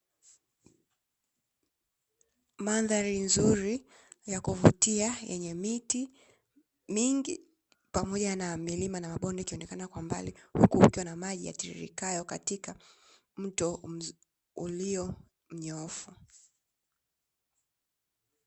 Mandhari nzuri ya kuvutia yenye miti mingi pamoja na milima na mabonde ikionekana kwa mbali, huku kukiwa na maji yatiririkayo katika mto ulio mnyoofu.